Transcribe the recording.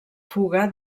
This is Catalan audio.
fuga